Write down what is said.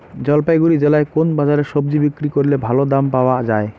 জলপাইগুড়ি জেলায় কোন বাজারে সবজি বিক্রি করলে ভালো দাম পাওয়া যায়?